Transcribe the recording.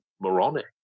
moronic